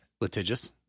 Litigious